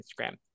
Instagram